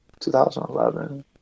2011